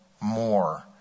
more